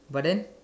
but then